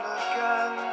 again